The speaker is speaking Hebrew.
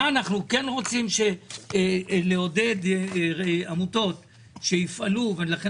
אנחנו כן רוצים לעודד עמותות שיפעלו ולכן